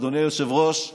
אדוני היושב-ראש,